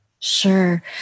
Sure